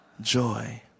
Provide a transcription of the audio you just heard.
joy